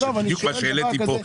בדיוק מה שהעליתי פה,